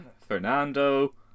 Fernando